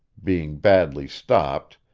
being badly stopped,